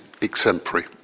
exemplary